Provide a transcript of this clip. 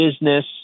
business